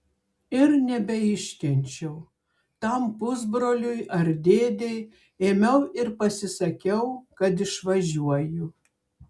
ir nebeiškenčiau tam pusbroliui ar dėdei ėmiau ir pasisakiau kad išvažiuoju